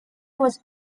was